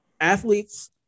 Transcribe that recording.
athletes